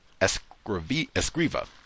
Escriva